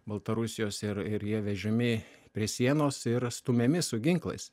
baltarusijos ir ir jie vežami prie sienos ir stumiami su ginklais